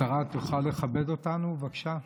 השרה תוכל לכבד אותנו, בבקשה?